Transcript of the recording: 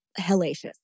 hellacious